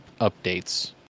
updates